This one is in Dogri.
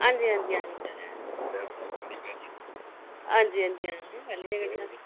हंजी हंजी हां